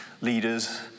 leaders